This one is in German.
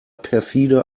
perfide